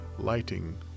lighting